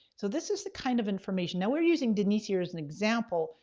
so this is the kind of information. now we're using denise here is an example,